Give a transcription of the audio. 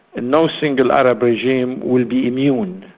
and no single arab regime will be immune.